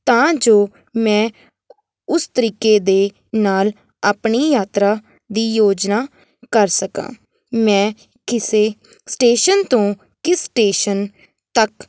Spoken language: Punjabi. ਤਾਂ ਜੋ ਮੈਂ ਉਸ ਤਰੀਕੇ ਦੇ ਨਾਲ ਆਪਣੀ ਯਾਤਰਾ ਦੀ ਯੋਜਨਾ ਕਰ ਸਕਾਂ ਮੈਂ ਕਿਸ ਸਟੇਸ਼ਨ ਤੋਂ ਕਿਸ ਸਟੇਸ਼ਨ ਤੱਕ